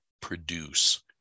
produce